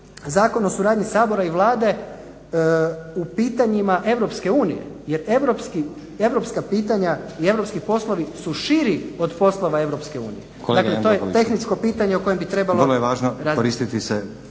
zakon o suradnji Sabora i Vlade u pitanjima Europske unije. Jer europska pitanja i europski poslovi su širi od poslova Europske unije. Dakle, to je tehničko pitanje o kojem bi trebalo